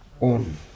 on